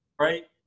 right